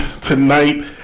tonight